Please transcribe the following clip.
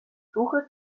suche